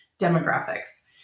demographics